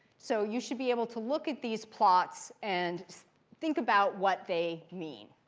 so you should be able to look at these plots and think about what they mean.